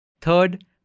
Third